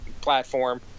platform